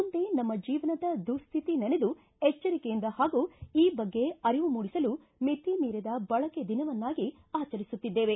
ಮುಂದೆ ನಮ್ನ ಜೀವನದ ದುಚ್ಚಿತಿ ನೆನೆದು ಎಚ್ವರಿಕೆಯಿಂದ ಹಾಗೂ ಈ ಬಗ್ಗೆ ಅರಿವು ಮೂಡಿಸಲು ಮಿತಿ ಮೀರಿದ ಬಳಕೆ ದಿನವನ್ನಾಗಿ ಆಚರಿಸುತ್ತಿದ್ದೇವೆ